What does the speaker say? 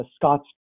Scott's